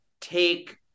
take